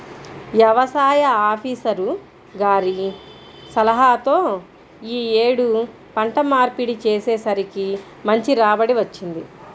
యవసాయ ఆపీసర్ గారి సలహాతో యీ యేడు పంట మార్పిడి చేసేసరికి మంచి రాబడి వచ్చింది